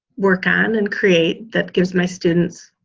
work on and create that gives my students